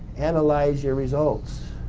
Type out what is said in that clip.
analyze your results.